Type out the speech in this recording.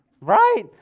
Right